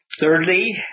Thirdly